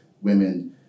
women